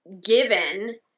given